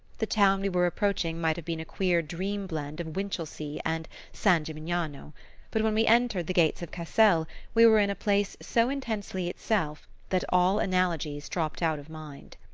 the town we were approaching might have been a queer dream-blend of winchelsea and san gimignano but when we entered the gates of cassel we were in a place so intensely itself that all analogies dropped out of mind.